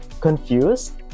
confused